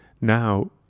Now